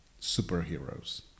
superheroes